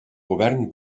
govern